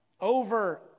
over